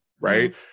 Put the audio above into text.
right